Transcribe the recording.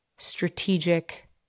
strategic